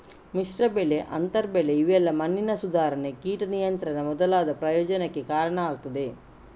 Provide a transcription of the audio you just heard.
ಮಿಶ್ರ ಬೆಳೆ, ಅಂತರ ಬೆಳೆ ಇವೆಲ್ಲಾ ಮಣ್ಣಿನ ಸುಧಾರಣೆ, ಕೀಟ ನಿಯಂತ್ರಣ ಮೊದಲಾದ ಪ್ರಯೋಜನಕ್ಕೆ ಕಾರಣ ಆಗ್ತದೆ